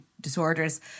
disorders